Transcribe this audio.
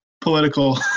political